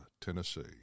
Tennessee